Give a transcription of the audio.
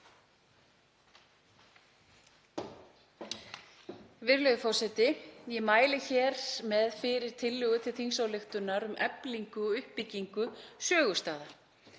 Virðulegi forseti. Ég mæli hér fyrir tillögu til þingsályktunar um eflingu og uppbyggingu sögustaða.